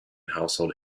household